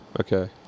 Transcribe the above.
Okay